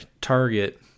target